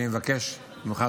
אני מבקש ממך,